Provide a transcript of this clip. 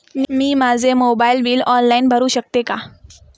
मी माझे mobile bill online भरू शकते का?